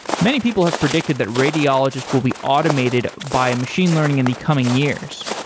many people have predicted that radiologist will be automated by machine learning in the coming years.